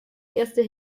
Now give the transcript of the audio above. erste